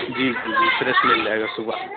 جی جی جی فریش مل جائے گا صبح